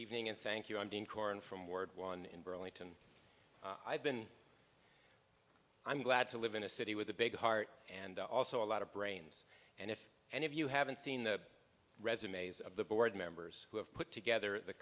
evening and thank you i'm doing corrine from ward one in burlington i've been i'm glad to live in a city with a big heart and also a lot of brains and if and if you haven't seen the resumes of the board members who have put together the